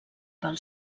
pel